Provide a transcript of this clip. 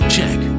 Check